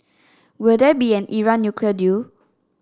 will there be an Iran nuclear deal